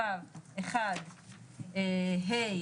9(ו)(1)(ה)